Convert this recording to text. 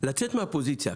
לצאת מהפוזיציה.